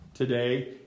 today